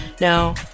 Now